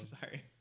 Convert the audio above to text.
sorry